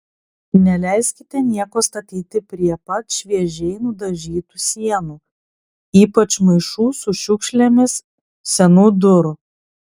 neleiskite nieko statyti prie pat šviežiai nudažytų sienų ypač maišų su šiukšlėmis senų durų